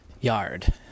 yard